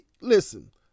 listen